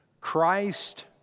Christ